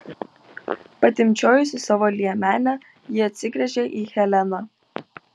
patimpčiojusi savo liemenę ji atsigręžia į heleną